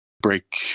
break